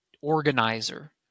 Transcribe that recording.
organizer